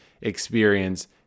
experience